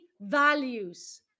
values